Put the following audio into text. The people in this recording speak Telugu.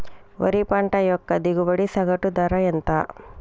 వరి పంట యొక్క దిగుబడి సగటు ధర ఎంత?